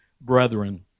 brethren